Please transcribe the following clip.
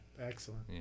Excellent